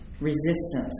resistance